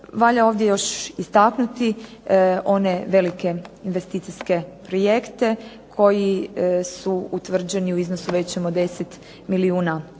Valja ovdje još istaknuti one velike investicijske projekte koji su utvrđeni u iznosu većim od 10 milijuna eura,